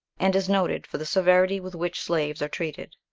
and is noted for the severity with which slaves are treated.